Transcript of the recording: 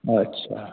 अच्छा